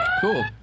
Cool